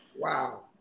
Wow